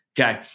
Okay